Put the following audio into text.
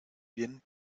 bien